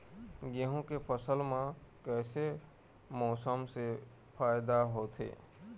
गेहूं के फसल म कइसे मौसम से फायदा होथे?